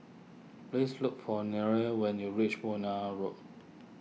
please look for Nyree when you reach Benoi Road